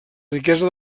riquesa